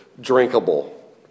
drinkable